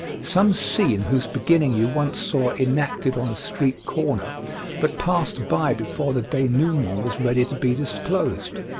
some scene whose beginning you once saw enacted on a street corner but passed by before the denouement was ready to be disclosed.